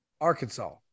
Arkansas